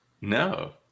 No